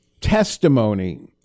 testimony